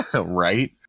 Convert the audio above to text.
Right